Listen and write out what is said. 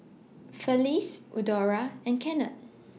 Felice Eudora and Kennard